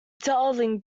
darling